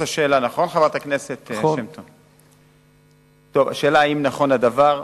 רצוני לשאול: 1. האם נכון הדבר?